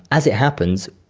as it happens,